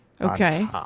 okay